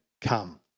come